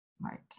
right